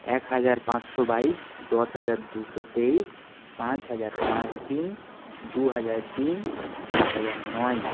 এক হাজার পাঁচশো বাইশ দশ হাজার দুশো তেইশ পাঁচ হাজার পাঁচ তিন দু হাজার তিন সাত হাজার নয়